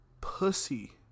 Pussy